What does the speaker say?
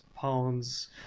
pounds